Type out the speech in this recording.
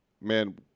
man